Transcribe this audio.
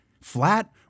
flat